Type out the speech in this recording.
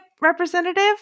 representative